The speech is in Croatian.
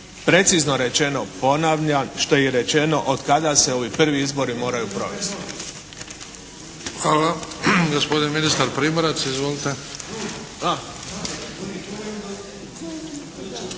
precizno rečeno ponavljam što je i rečeno, od kada se ovi prvi izbori moraju provesti. **Bebić, Luka (HDZ)** Hvala. Gospodin Miroslav Primorac. Izvolite.